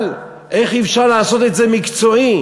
אבל איך אפשר לעשות את זה מקצועי?